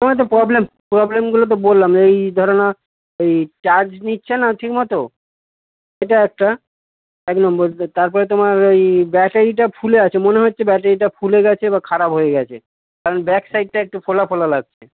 তোমায় তো প্রব্লেম প্রব্লেমগুলো তো বললাম এই ধরে নাও এই চার্জ নিচ্ছে না ঠিকমতো এটা একটা এক নম্বর তারপরে তোমার ওই ব্যাটারিটা ফুলে আছে মনে হচ্ছে ব্যাটারিটা ফুলে গেছে বা খারাপ হয়ে গেছে কারণ ব্যাকসাইডটা একটু ফোলা ফোলা লাগছে